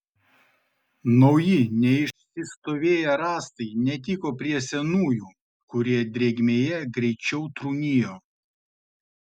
nauji neišsistovėję rąstai netiko prie senųjų kurie drėgmėje greičiau trūnijo